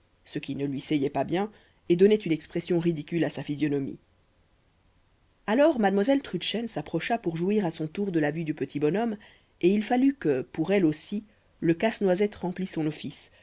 ce qui ne lui seyait pas bien et donnait une expression ridicule à sa physionomie alors mademoiselle trudchen s'approcha pour jouir à son tour de la vue du petit bonhomme et il fallut que pour elle aussi le casse-noisette remplît son office